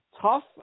tough